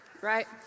right